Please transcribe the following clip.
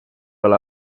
ole